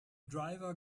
driver